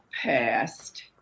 passed